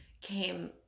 came